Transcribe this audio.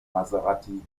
maserati